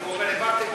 מוותר.